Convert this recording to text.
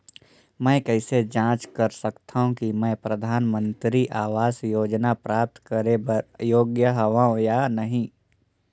मैं कइसे जांच सकथव कि मैं परधानमंतरी आवास योजना प्राप्त करे बर योग्य हववं या नहीं?